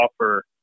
offer